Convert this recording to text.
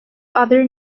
other